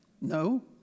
No